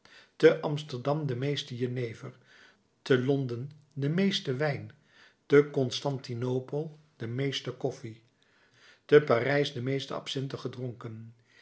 te amsterdam de meeste jenever te londen de meeste wijn te konstantinopel de meeste koffie te parijs de meeste absynthe gedronken